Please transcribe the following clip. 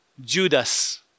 Judas